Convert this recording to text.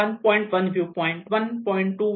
1 view point 1